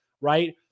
right